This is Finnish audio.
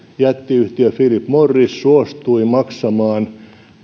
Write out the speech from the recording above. jättiyhtiö philip morris suostui maksamaan